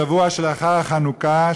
בשבוע שלאחר החנוכה,